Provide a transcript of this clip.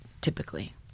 typically